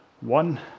one